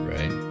Right